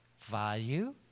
value